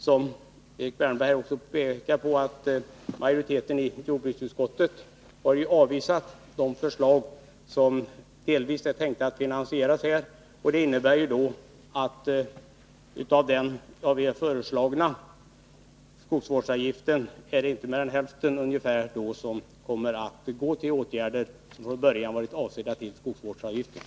Som Erik Wärnberg också påpekade har majoriteten i jordbruksutskottet avvisat de förslag som är tänkta att finansieras med en del av höjningen av skogsvårdsavgiften. Det innebär att av den av socialdemokraterna föreslagna höjningen av skogsvårdsavgiften är det inte mer än hälften som kommer att gå till sådana åtgärder som från början varit avsedda att finansieras genom skogsvårdsavgiften.